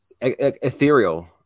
ethereal